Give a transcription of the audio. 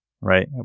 right